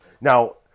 Now